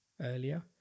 earlier